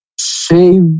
shave